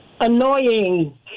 annoying